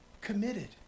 committed